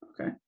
Okay